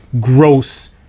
gross